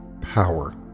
power